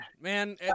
man